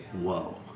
whoa